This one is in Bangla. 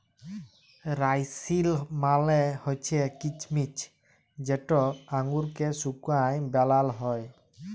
রাইসিল মালে হছে কিছমিছ যেট আঙুরকে শুঁকায় বালাল হ্যয়